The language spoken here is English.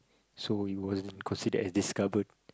so it was considered as discovered